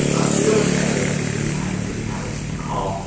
our fearless editors are kitty eisele and alex mccall.